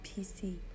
PC